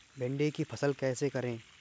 भिंडी की फसल कैसे करें?